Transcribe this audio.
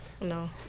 No